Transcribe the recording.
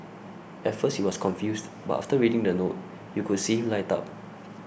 at first he was confused but after reading the note you could see him light up